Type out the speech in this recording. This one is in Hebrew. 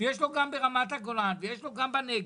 יש לו גם ברמת הגולן ויש לו גם בנגב.